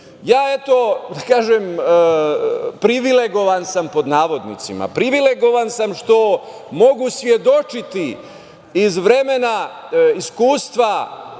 ne jedino bitno. Privilegovan sam, pod navodnicima, privilegovan sam što mogu svedočiti iz vremena, iskustva,